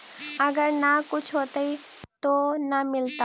अगर न कुछ होता तो न मिलता?